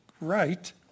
right